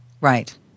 Right